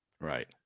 right